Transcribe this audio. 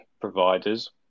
providers